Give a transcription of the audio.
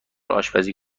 آشپزی